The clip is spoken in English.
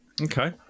Okay